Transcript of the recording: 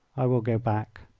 i will go back.